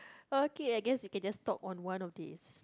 okay I guess you can just talk on one of these